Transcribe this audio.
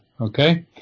Okay